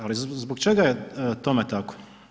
Ali zbog čega je tome tako?